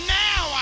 now